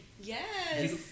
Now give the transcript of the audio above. Yes